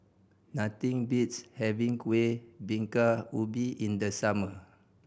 nothing beats having Kueh Bingka Ubi in the summer